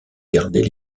garder